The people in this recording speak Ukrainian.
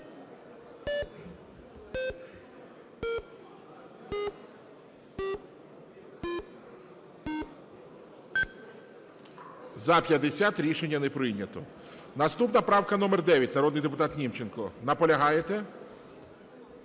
За-50 Рішення не прийнято. Наступна правка номер 9, народний депутат Німченко. Наполягаєте?